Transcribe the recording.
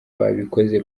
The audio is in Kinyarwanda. babikoze